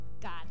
God